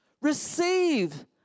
Receive